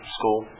school